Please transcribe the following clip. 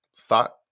thought